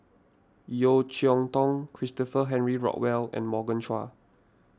Yeo Cheow Tong Christopher Henry Rothwell and Morgan Chua